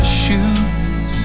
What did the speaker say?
shoes